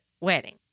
wedding